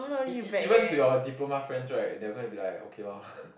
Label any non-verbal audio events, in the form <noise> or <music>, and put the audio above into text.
e~ e~ even to your diploma friends right they are gonna be like okay loh <breath>